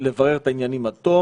לבידוד.